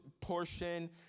portion